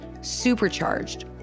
supercharged